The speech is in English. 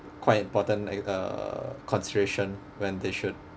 quite important like uh consideration when they should